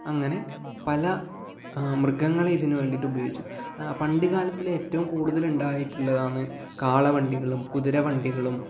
അങ്ങനെ പല മൃഗങ്ങളെ ഇതിന് വേണ്ടിയിട്ട് ഉപയോഗിച്ചു പണ്ട് കാലത്തിലെ ഏറ്റവും കൂടുതൽ ഉണ്ടായിട്ടുള്ളതാണ് കാള വണ്ടികളും കുതിര വണ്ടികളും